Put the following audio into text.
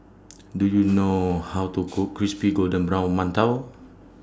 Do YOU know How to Cook Crispy Golden Brown mantou